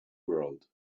world